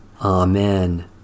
Amen